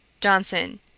Johnson